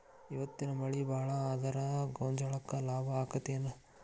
ಇವತ್ತಿನ ಮಳಿ ಭಾಳ ಆದರ ಗೊಂಜಾಳಕ್ಕ ಲಾಭ ಆಕ್ಕೆತಿ ಏನ್?